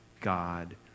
God